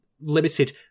limited